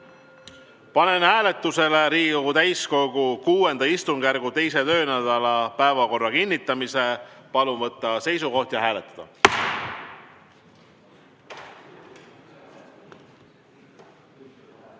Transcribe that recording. Panen hääletusele Riigikogu täiskogu VI istungjärgu 2. töönädala päevakorra kinnitamise. Palun võtta seisukoht ja hääletada!